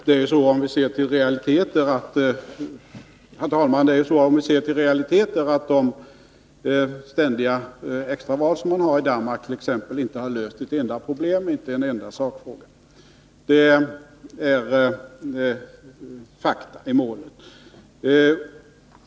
Herr talman! Om vi ser till realiteter, så har de ständiga extraval som man t.ex. har i Danmark inte löst ett enda problem, inte en enda sakfråga. Det är fakta i målet.